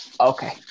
Okay